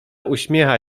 uśmiecha